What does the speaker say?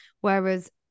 Whereas